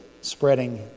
spreading